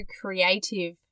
creative